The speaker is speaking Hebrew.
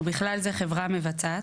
ובכלל זה חברה מבצעת,